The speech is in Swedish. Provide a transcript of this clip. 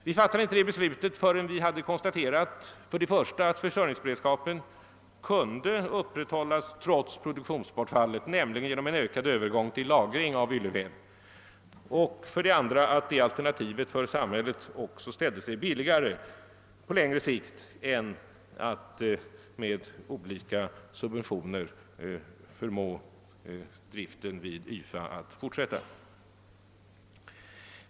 Vi fattade inte det beslutet förrän vi hade konstaterat för det första att försörjningsberedskapen kunde upprätthållas, trots produktionsbortfallet, genom ökad lagring av yllevävnader och för det andra att det alternativet för samhället ställde sig billigare på lång sikt än att med olika subventioner förmå driften vid YFA att fortsätta.